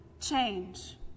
change